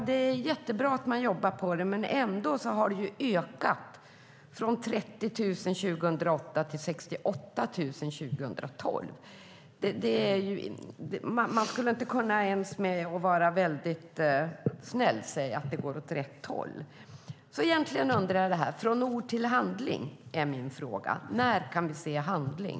Det är jättebra att man jobbar på arbetslösheten, men den har ändå ökat från 30 000 personer 2008 till 68 000 personer 2012. Inte ens om man är väldigt snäll skulle man kunna säga att det går åt rätt håll. Det jag egentligen undrar är när man tänker gå från ord till handling. När kan vi se handling?